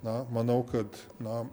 na manau kad na